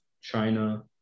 China